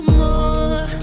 more